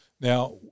Now